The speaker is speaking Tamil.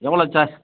எவ்வளோ சார்ஜ்